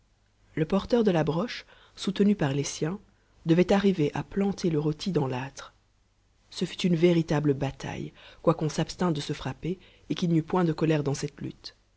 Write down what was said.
le porteur de la broche soutenu par les siens devait arriver à planter le rôti dans l'âtre ce fut une véritable bataille quoiqu'on s'abstînt de se frapper et qu'il n'y eût point de colère dans cette lutte